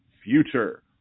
future